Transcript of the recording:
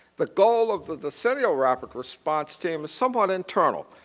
the goal of the decennial rapid response team is somewhat internal.